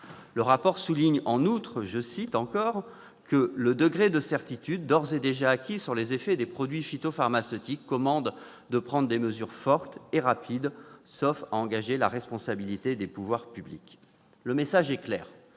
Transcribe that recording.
Le rapport souligne en outre que « le degré de certitude d'ores et déjà acquis sur les effets des produits phytopharmaceutiques commande de prendre des mesures fortes et rapides, sauf à engager la responsabilité des pouvoirs publics ». Le message est clair.